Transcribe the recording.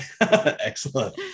Excellent